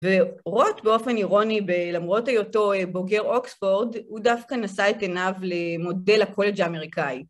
ורוט באופן אירוני, למרות היותו בוגר אוקספורד, הוא דווקא נשא את עיניו למודל הקולג' האמריקאי.